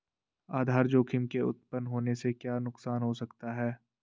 आधार जोखिम के उत्तपन होने से क्या नुकसान हो सकता है?